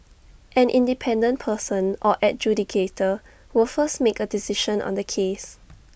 an independent person or adjudicator will first make A decision on the case